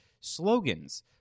slogans